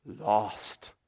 Lost